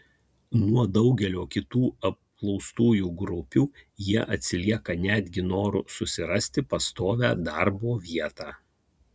nuo daugelių kitų apklaustųjų grupių jie atsilieka netgi noru susirasti pastovią darbo vietą